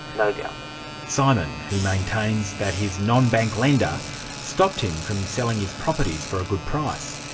like yeah simon, who maintains that his non-bank lender stopped him from selling his properties for a good price.